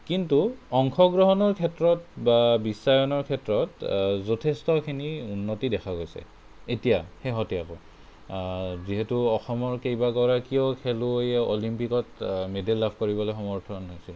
কিন্তু অংশগ্ৰহণৰ ক্ষেত্ৰত বা বিশ্বায়নৰ ক্ষেত্ৰত বা বিশ্বায়নৰ ক্ষেত্ৰত যথেষ্টখিনি উন্নতি দেখা গৈছে এতিয়া শেহতীয়াকৈ যিহেতু অসমৰ কেইবাগৰাকীও খেলুৱৈয়ে অলিম্পিকত মেডেল লাভ কৰিবলৈ সমৰ্থন হৈছে